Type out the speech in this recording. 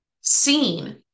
seen